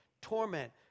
torment